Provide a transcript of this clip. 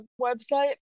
website